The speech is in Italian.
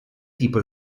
tipo